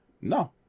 no